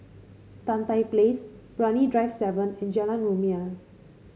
Tan Tye Place Brani Drive seven and Jalan Rumia